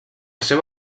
seu